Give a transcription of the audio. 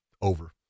over